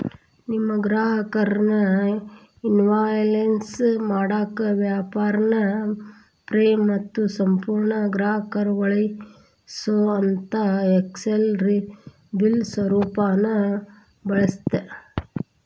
ನಿಮ್ಮ ಗ್ರಾಹಕರ್ನ ಇನ್ವಾಯ್ಸ್ ಮಾಡಾಕ ವ್ಯಾಪಾರ್ನ ಫ್ರೇ ಮತ್ತು ಸಂಪೂರ್ಣ ಗ್ರಾಹಕೇಯಗೊಳಿಸೊಅಂತಾ ಎಕ್ಸೆಲ್ ಬಿಲ್ ಸ್ವರೂಪಾನ ಬಳಸ್ರಿ